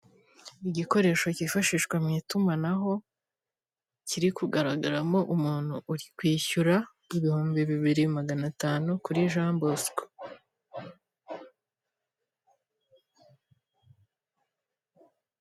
Igikoresho cyifashishwa mu itumanaho, kiri kugaragaramo umuntu uri kwishyura ibihumbi bibiri, magana atanu, kuri Jean Bosco.